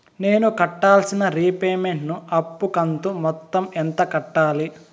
నేను కట్టాల్సిన రీపేమెంట్ ను అప్పు కంతు మొత్తం ఎంత కట్టాలి?